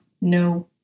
no